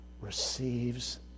Receives